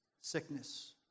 sickness